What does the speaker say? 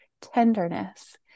tenderness